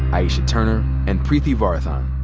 aisha turner and preeti varathan.